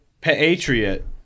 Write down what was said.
Patriot